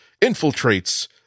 infiltrates